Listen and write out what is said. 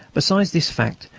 besides this fact,